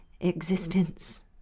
existence